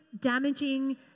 damaging